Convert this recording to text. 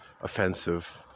offensive